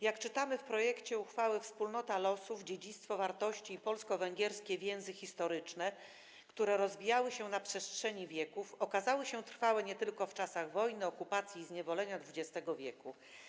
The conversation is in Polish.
Jak czytamy w projekcie uchwały: Wspólnota losów, dziedzictwo wartości i polsko-węgierskie więzy historyczne, które rozwijały się na przestrzeni wieków, okazały się trwałe nie tylko w czasach wojny, okupacji i zniewolenia XX w.